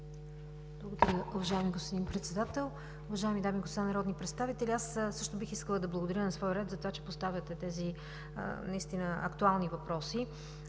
Ви, уважаеми господин Председател. Уважаеми дами и господа народни представители! Аз също бих искала да благодаря на свой ред за това, че поставяте тези актуални въпроси.